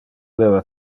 leva